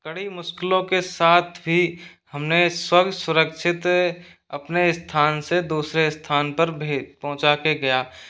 कड़ी मुश्किलों के साथ भी हमने स्वयं सुरक्षित अपने स्थान से दूसरे स्थान पर पहुँचा के गया